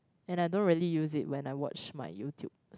and I don't really use it when I watch my YouTube